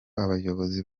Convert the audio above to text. abayobozi